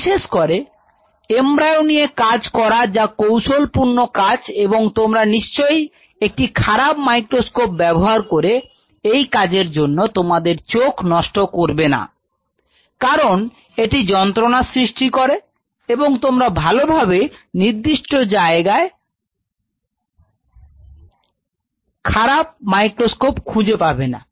বিশেষ করে এমব্রায়ো নিয়ে কাজ করা যা কৌশলপূর্ণ কাজ এবং তোমরা নিশ্চয়ই একটি খারাপ মাইক্রোস্কোপ ব্যবহার করে এই কাজের জন্য তোমাদের চোখ নষ্ট করবে না কারণ এটি যন্ত্রণার সৃষ্টি করে এবং তোমরা ভাল ভাবে নির্দিষ্ট জায়গা খারাপ মাইক্রোস্কোপে খুঁজে পাবেনা